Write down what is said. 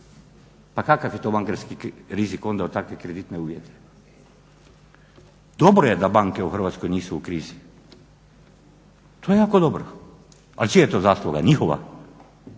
Pa kakav je to bankarski rizik onda uz takve kreditne uvjete. Dobro je da banke u Hrvatskoj nisu u krizi, to je jako dobro. Ali čija je to zasluga, njihova?